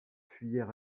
fuyaient